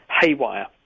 haywire